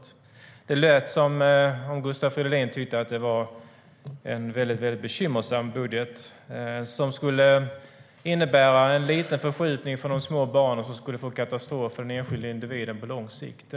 Det lät som om Gustav Fridolin tyckte att det var en mycket bekymmersam budget, som skulle innebära en liten förskjutning för de små barnen och som skulle vara en katastrof för den enskilde individen på lång sikt.